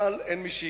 אבל אין מי שיקטוף.